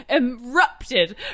erupted